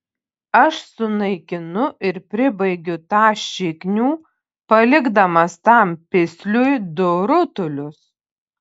aš sunaikinu ir pribaigiu tą šiknių palikdamas tam pisliui du rutulius